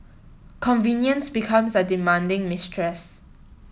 convenience becomes a demanding mistress